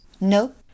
Nope